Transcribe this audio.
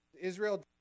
Israel